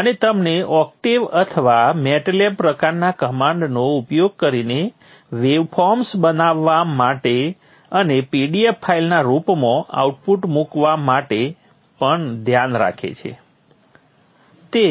અને તમને Octave અથવા MATLAB પ્રકારના કમાન્ડનો ઉપયોગ કરીને વેવફોર્મ્સ બતાવવા માટે અને pdf ફાઇલના રૂપમાં આઉટપુટ મૂકવા માટે પણ ધ્યાન રાખે છે